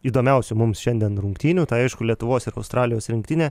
įdomiausių mums šiandien rungtynių tai aišku lietuvos ir australijos rinktinė